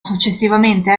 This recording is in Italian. successivamente